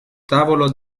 tavolo